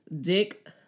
Dick